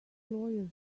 lawyers